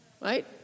Right